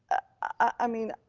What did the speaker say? i mean,